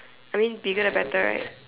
I mean bigger the better right